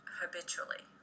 habitually